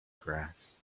grass